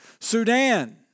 Sudan